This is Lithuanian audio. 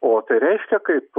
o tai reiškia kaip